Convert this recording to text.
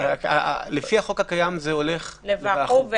לפי החוק הקיים זה הולך --- לוועחו"ב,